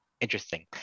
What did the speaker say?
Interesting